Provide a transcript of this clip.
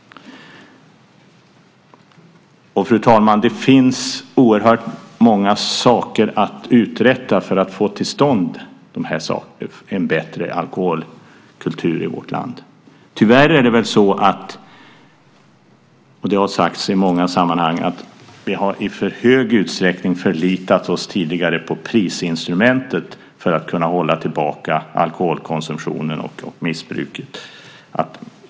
Det finns oerhört många saker att uträtta för att få till stånd en bättre alkoholkultur i vårt land. Tyvärr har vi, vilket har sagts i många sammanhang, i för stor utsträckning tidigare förlitat oss på prisinstrumentet för att kunna hålla tillbaka alkoholkonsumtionen och missbruket.